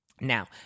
Now